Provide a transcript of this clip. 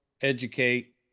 educate